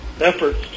efforts